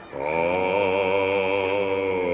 oh,